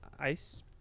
Ice